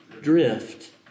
drift